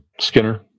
Skinner